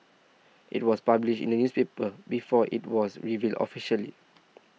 it was published in the newspaper before it was revealed officially